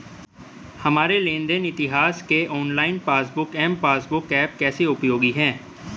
हमारे लेन देन इतिहास के online passbook M passbook app कैसे उपयोगी है?